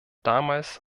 damals